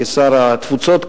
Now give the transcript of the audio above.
כשר התפוצות,